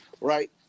right